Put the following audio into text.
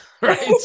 right